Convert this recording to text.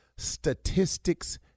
statistics